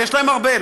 ויש להם הרבה,